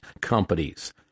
companies